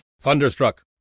Thunderstruck